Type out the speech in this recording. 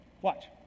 Watch